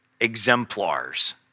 exemplars